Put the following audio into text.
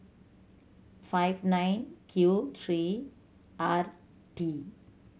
five nine Q three R T